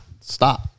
Stop